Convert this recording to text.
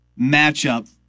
matchup